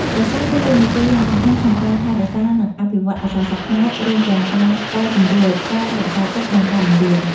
ព្រះសង្ឃមានតួនាទីយ៉ាងសំខាន់ក្នុងការថែរក្សា និងអភិវឌ្ឍន៍អក្សរសាស្ត្រខ្មែរ រួមទាំងការកែសម្រួល ការរក្សាទុក និងការបង្រៀន។